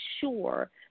sure